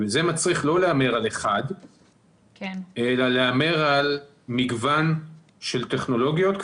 זה מצריך לא להמר על אחד אלא להמר על מגוון של טכנולוגיות,